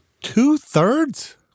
Two-thirds